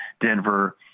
Denver